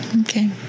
Okay